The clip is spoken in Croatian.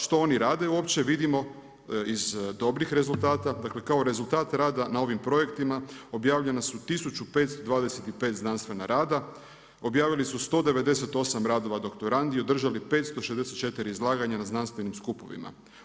Što oni rade uopće vidimo iz dobrih rezultata, dakle kao rezultat rada na ovim projektima objavljena su 1525 znanstvena rada, objavili su 198 radova ... i održali 564 izlaganja na znanstvenim skupovima.